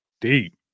deep